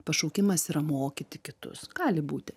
pašaukimas yra mokyti kitus gali būti